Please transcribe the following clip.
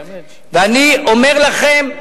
אני אומר לכם,